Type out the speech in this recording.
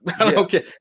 Okay